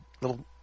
little